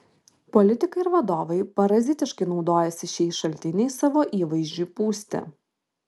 politikai ir vadovai parazitiškai naudojasi šiais šaltiniais savo įvaizdžiui pūsti